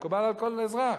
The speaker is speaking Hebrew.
מקובל על כל אזרח.